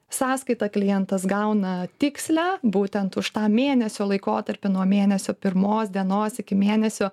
sąskaitą klientas gauna tikslią būtent už tą mėnesio laikotarpį nuo mėnesio pirmos dienos iki mėnesio